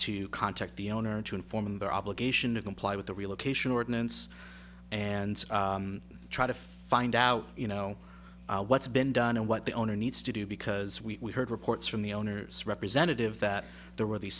to contact the owner to inform him their obligation to comply with the relocation ordinance and try to find out you know what's been done and what the owner needs to do because we heard reports from the owner's representative that there were these